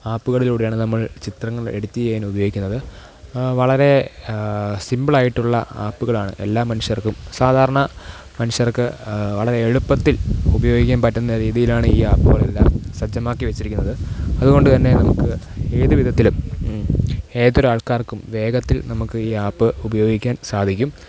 ആപ്പുകളിലൂടെയാണ് നമ്മൾ ചിത്രങ്ങൾ എഡിറ്റ്യ്യാൻ ഉപയോഗിക്കുന്നത് വളരെ സിമ്പിളായിട്ടുള്ള ആപ്പുകളാണ് എല്ലാ മനുഷ്യർക്കും സാധാരണ മനുഷ്യർക്ക് വളരെ എളുപ്പത്തിൽ ഉപയോഗിക്കാൻ പറ്റുന്ന രീതിയിലാണ് ഈ ആപ്പുകളെല്ലാം സജ്ജമാക്കി വെച്ചിരിക്കുന്നത് അതുകൊണ്ട് തന്നെ നമുക്ക് ഏത് വിധത്തിലും ഏതൊരാൾക്കാർക്കും വേഗത്തിൽ നമുക്ക് ഈ ആപ്പ് ഉപയോഗിക്കാൻ സാധിക്കും